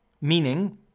meaning